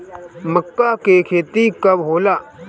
माका के खेती कब होला?